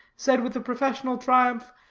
said with professional triumph,